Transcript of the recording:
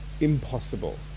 impossible